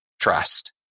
trust